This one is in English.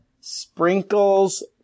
Sprinkles